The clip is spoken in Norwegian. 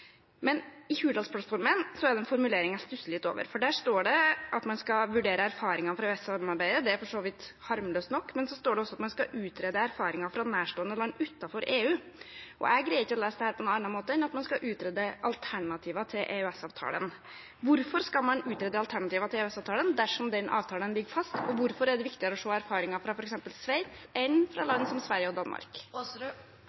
Men i Hurdalsplattformen er det en formulering jeg stusser litt over, for der står det at man skal vurdere erfaringene fra EØS-samarbeidet. Det er for så vidt harmløst nok, men det står også at man skal utrede erfaringer fra nærstående land utenfor EU. Jeg greier ikke å lese dette på noen annen måte enn at man skal utrede alternativer til EØS-avtalen. Hvorfor skal man utrede alternativer til EØS-avtalen dersom den avtalen ligger fast? Hvorfor er det viktigere å se på erfaringer fra f.eks. Sveits enn fra